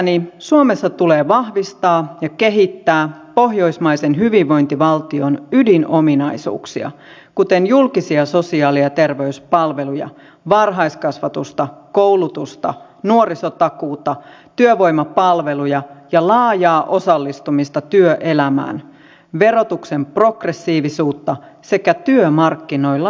mielestäni suomessa tulee vahvistaa ja kehittää pohjoismaisen hyvinvointivaltion ydinominaisuuksia kuten julkisia sosiaali ja terveyspalveluja varhaiskasvatusta koulutusta nuorisotakuuta työvoimapalveluja ja laajaa osallistumista työelämään verotuksen progressiivisuutta sekä työmarkkinoilla sopimista